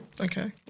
Okay